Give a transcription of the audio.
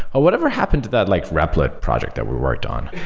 ah whatever happened to that like repl it project that we worked on?